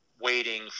waiting